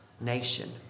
nation